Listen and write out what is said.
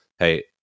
Hey